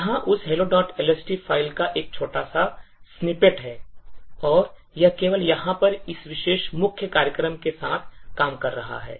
यहाँ उस hellolst file का एक छोटा सा snippet है और यह केवल यहाँ पर इस विशेष मुख्य कार्यक्रम के साथ काम कर रहा है